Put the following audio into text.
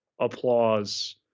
applause